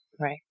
Right